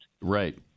Right